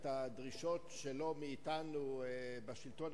וזה עבר בחקיקה.